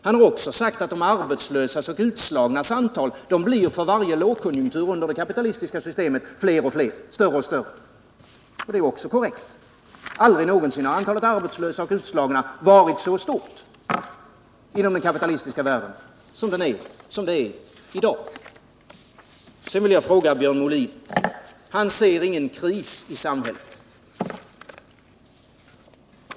Han har också sagt att de arbetslösas och utslagnas antal blir större och större för varje lågkonjunktur under det kapitalistiska systemet. Och det är ju också korrekt; aldrig någonsin har antalet arbetslösa och utslagna varit så stort inom den kapitalistiska världen som det är i dag. Sedan vill jag ställa en fråga till Björn Molin. Han ser ingen kris i samhället.